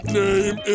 name